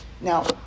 Now